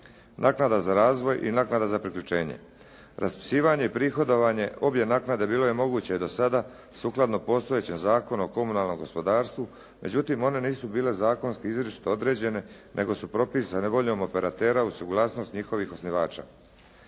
Naknada za razvoj i naknada za priključenje. Raspisivanje i prihodovanje obje naknade bilo je moguće i do sada sukladno postojećem Zakonu o komunalnom gospodarstvu, međutim one nisu bile zakonski izričito određene, nego su propisane voljom operatera uz suglasnost njihovih osnivača.